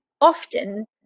often